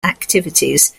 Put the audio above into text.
activities